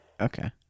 Okay